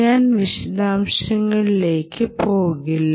ഞാൻ വിശദാംശങ്ങളിലേക്ക് പോകില്ല